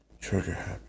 trigger-happy